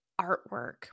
artwork